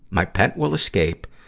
my pet will escape,